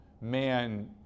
man